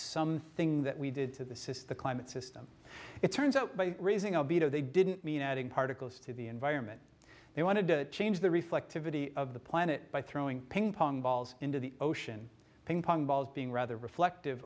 something that we did to the says the climate system it turns out by raising a bit of they didn't mean adding particles to the environment they wanted to change the reflectivity of the planet by throwing ping pong balls into the ocean ping pong balls being rather reflective